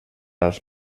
als